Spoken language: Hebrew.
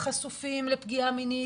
חשופים לפגיעה מינית,